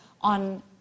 on